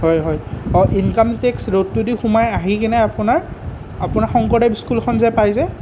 হয় হয় income tax ৰোডটোৱেদি সোমাই আহি কেনে আপোনাৰ আপোনাৰ শংকৰদেৱ স্কুলখন যে পাই যে